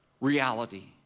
reality